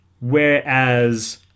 Whereas